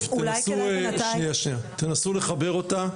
טוב, תנסו לחבר אותה.